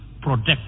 protect